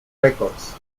records